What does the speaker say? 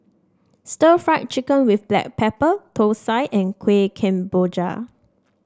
Stir Fried Chicken with Black Pepper thosai and Kuih Kemboja